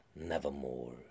Nevermore